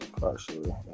Partially